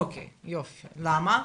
למה?